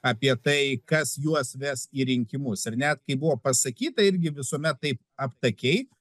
apie tai kas juos ves į rinkimus ir net kai buvo pasakyta irgi visuomet taip aptakiai